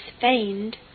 feigned